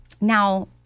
now